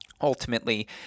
ultimately